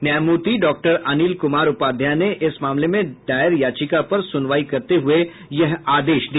न्यायमूर्ति डॉक्टर अनिल कुमार उपाध्याय ने इस मामले में दायर याचिका पर सुनवाई करते हुए यह आदेश दिया